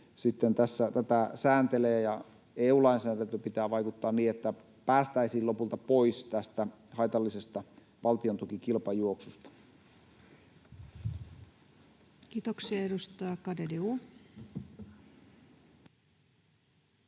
sitten tässä tätä sääntelee, ja EU-lainsäädäntöön pitää vaikuttaa niin, että päästäisiin lopulta pois tästä haitallisesta valtiontukikilpajuoksusta. [Speech 382] Speaker: